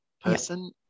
person